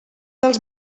dels